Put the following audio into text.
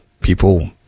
People